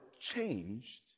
changed